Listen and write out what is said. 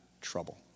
trouble